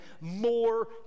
more